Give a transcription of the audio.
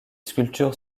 sculptures